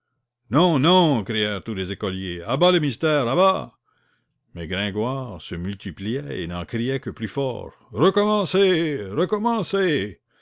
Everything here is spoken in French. non non crièrent tous les écoliers à bas le mystère à bas mais gringoire se multipliait et n'en criait que plus fort recommencez recommencez